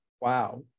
wow